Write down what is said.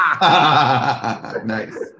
Nice